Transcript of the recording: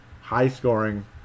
high-scoring